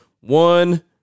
One